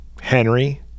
Henry